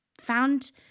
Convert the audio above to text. found